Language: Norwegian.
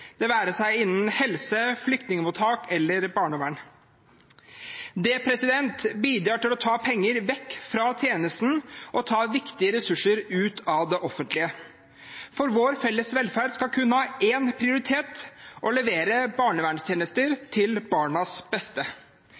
det være seg innen helse, flyktningmottak eller barnevern. Det bidrar til å ta penger vekk fra tjenesten og ta viktige ressurser ut av det offentlige. Vår felles velferd skal kun ha én prioritet: å levere barnevernstjenester til barnas beste.